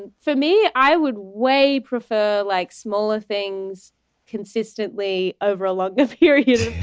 and for me i would way prefer like smaller things consistently over a log if here is